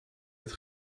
het